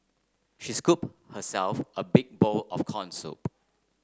she scooped herself a big bowl of corn soup